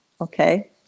okay